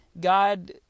God